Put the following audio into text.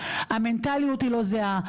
המנטליות היא לא זהה,